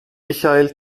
michael